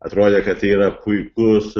atrodė kad tai yra puikus